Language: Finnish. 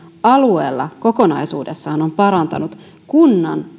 alueella kokonaisuudessaan on parantunut kunnan